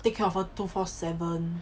take care of her two four seven